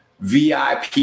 vip